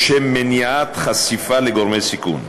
לשם מניעת חשיפה לגורמי סיכון.